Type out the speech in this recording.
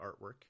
artwork